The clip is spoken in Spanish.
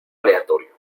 aleatorio